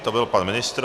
To byl pan ministr.